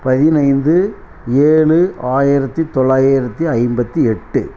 பதினைந்து ஏழு ஆயிரத்தி தொள்ளாயிரத்தி ஐம்பத்தி எட்டு